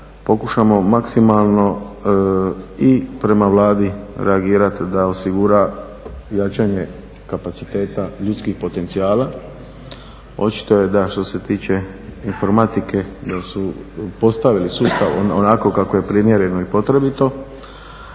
pokušamo maksimalno i prema Vladi reagirati da osigura jačanje kapaciteta ljudskih potencijala, očito je da što se tiče informatike da su postavili sustav onako kako je primjereno i potrebito